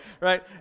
right